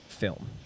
film